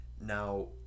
Now